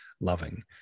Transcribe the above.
loving